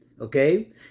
Okay